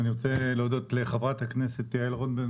אני רוצה להודות לחברת הכנסת יעל רון בן